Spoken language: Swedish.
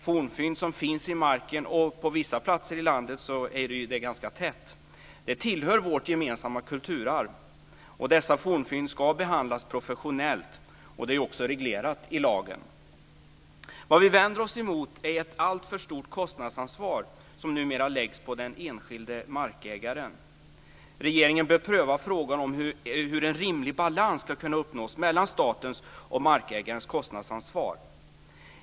Fornfynd som finns i marken - på vissa platser i landet är det ju ganska tätt mellan dem - tillhör vårt gemensamma kulturarv. Dessa fornfynd ska behandlas professionellt. Det är också reglerat i lagen. Vad vi vänder oss emot är att ett alltför stort kostnadsansvar numera läggs på den enskilde markägaren. Regeringen bör pröva frågan om hur en rimlig balans ska kunna uppnås mellan statens och markägarens kostnadsansvar.